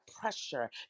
pressure